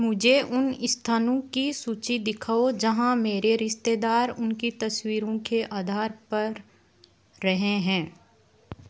मुझे उन स्थानों की सूची दिखाओ जहाँ मेरे रिशतेदार उनकी तस्वीरों के आधार पर रहे हैं